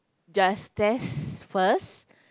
just test first